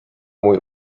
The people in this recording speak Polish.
mój